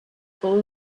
full